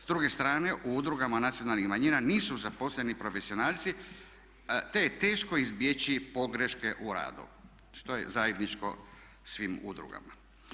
S druge strane, u udrugama nacionalnih manjina nisu zaposleni profesionalci, te je teško izbjeći pogreške u radu što je zajedničko svim udrugama.